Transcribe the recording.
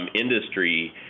industry